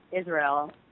Israel